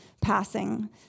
passing